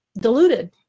diluted